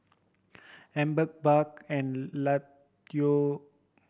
Amber Buck and Latoya